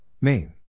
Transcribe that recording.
Main